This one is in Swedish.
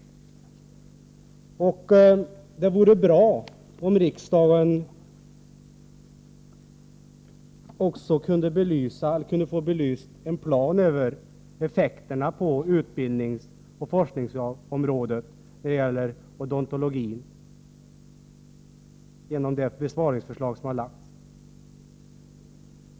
Det vore bra om riksdagen också kunde få en belysning av effekterna på utbildningsoch forskningsområdet när det gäller odontologin genom det besparingsförslag som har lagts fram.